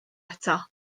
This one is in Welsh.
eto